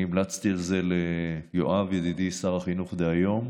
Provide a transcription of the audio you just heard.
אני המלצתי את זה ליואב ידידי, שר החינוך דהיום,